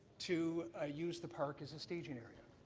to ah use the park as a stageing area.